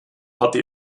hatte